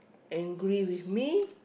angry with me